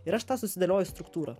ir aš tą susidėlioju struktūrą